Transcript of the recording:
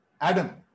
Adam